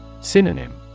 Synonym